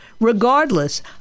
regardless